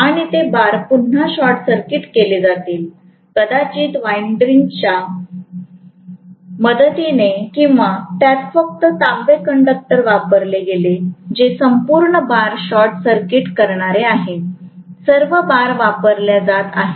आणि ते बार पुन्हा शॉर्ट सर्किट केले जातील कदाचित एन्डरिंगच्या मदतीने किंवा त्यात फक्त तांबे कंडक्टर वापरले गेले जे संपूर्ण बार शॉर्ट सर्किट करणार आहे सर्व बार वापरल्या जात आहेत